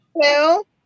Hello